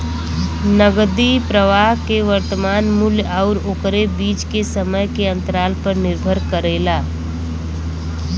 नकदी प्रवाह के वर्तमान मूल्य आउर ओकरे बीच के समय के अंतराल पर निर्भर करेला